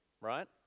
right